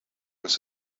his